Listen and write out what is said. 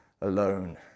alone